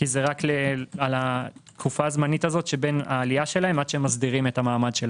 זה על התקופה הזמנית מרגע העלייה שלהם ועד שהם מסדירים את המעמד שלהם.